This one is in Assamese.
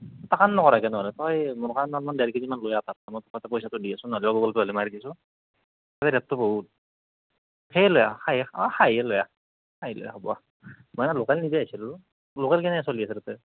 এটা কাম নকৰা কিয় তেনেহ'লে তই মোৰ কাৰণে অলপমান ডেৰ কেজিমান লৈ আহ মই পইচাটো দি আছোঁ নহ'লে গুগল পে' হ'লেও মাৰি দিছোঁ এই ৰে'টটো বহুত সেয়ে লৈ আহ অঁ খাহীয়ে লৈ আহ খাহী লৈ আহ হ'ব আহ মানে লোকেল নিব আহিছিলোঁ লোকেল কেনে চলি আছে তাতে